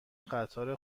قطار